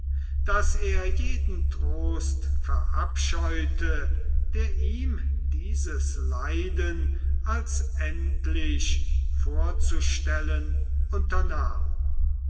daß er jeden trost verabscheute der ihm diese leiden als endlich vorzustellen